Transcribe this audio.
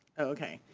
okay.